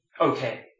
okay